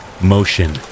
Motion